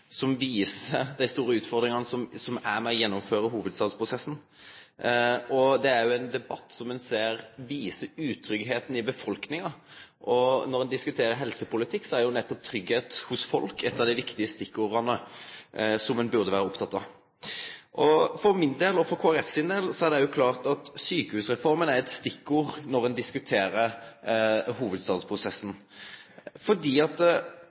som har store regionale verknader, og det er ein debatt som viser dei store utfordringane med å gjennomføre hovudstadsprosessen. Det er òg ein debatt som ein ser viser utryggleiken i befolkninga. Når ein diskuterer helsepolitikk, er jo nettopp tryggleik hos folk eit av dei viktige stikkorda som ein burde vere oppteken av. For min del og for Kristeleg Folkepartis del er det også klart at sjukehusreforma er eit stikkord når ein diskuterer